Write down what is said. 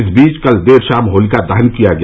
इस बीच कल देर शाम होलिका दहन किया गया